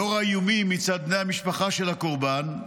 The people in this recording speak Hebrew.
לאור האיומים מצד בני המשפחה של הקורבן,